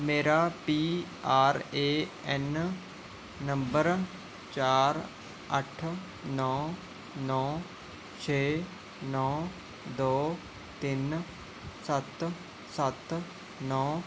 ਮੇਰਾ P R A N number ਚਾਰ ਅੱਠ ਨੌਂ ਨੌਂ ਛੇ ਨੌਂ ਦੋ ਤਿੰਨ ਸੱਤ ਸੱਤ ਨੌਂ